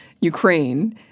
Ukraine